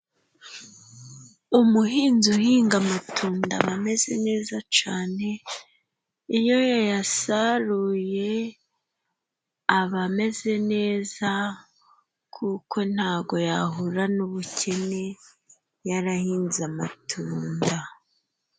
Umuhinzi uhinga amatunda aba ameze neza cane! Iyo yayasaruye, aba ameze neza, kuko ntago yahura n'ubukene, yarahinze amatunda.